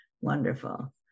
Wonderful